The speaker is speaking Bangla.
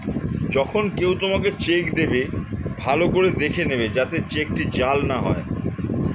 যখন কেউ তোমাকে চেক দেবে, ভালো করে দেখে নেবে যাতে চেকটি জাল না হয়